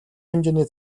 хэмжээний